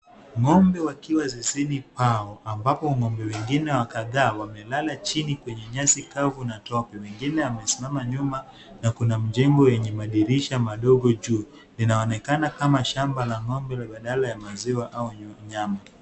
Ng'ombe wakiwa zizini pao ambapo ng'ombe wengine wa kadhaa wamelala chini kwenye nyasi kavu na tope. Mwengine amesimama nyuma na kuna mjengo yenye madirisha madogo juu, inaonekana kama shamba la ng'ombe la badala ya maziwa au nyama.